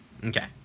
Okay